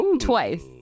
Twice